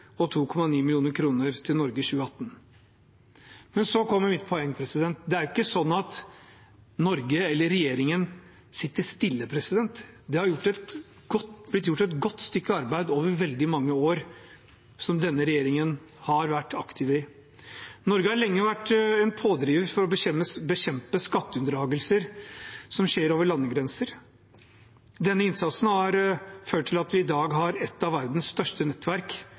og 2,9 mill. kr til Norge i 2018. Men så kommer mitt poeng: Det er jo ikke sånn at Norge, eller regjeringen, sitter stille. Det har blitt gjort et godt stykke arbeid over veldig mange år som denne regjeringen har vært aktiv. Norge har lenge vært en pådriver for å bekjempe skatteunndragelser som skjer over landegrenser. Denne innsatsen har ført til at vi i dag har et av verdens største nettverk